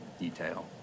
detail